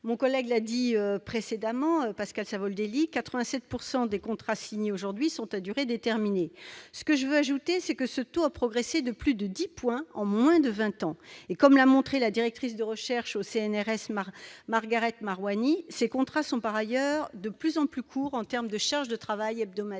CDD. Comme l'a dit mon collègue, 87 % des contrats signés aujourd'hui le sont à durée déterminée. Ce que je veux ajouter, c'est que ce taux a progressé de plus de dix points en moins de vingt ans ! Comme l'a montré la directrice de recherche au CNRS Margaret Maruani, ces contrats sont par ailleurs de plus en plus courts en termes de charge de travail hebdomadaire.